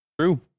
True